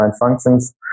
functions